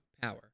power